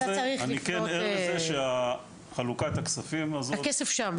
אני כן ער לזה שחלוקת הכספים הזאת --- הכסף שם,